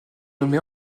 nommée